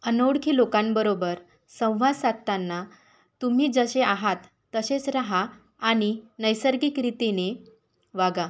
अनोळखी लोकांबरोबर संवाद साधताना तुम्ही जसे आहात तसेच रहा आणि नैसर्गिक रीतीने वागा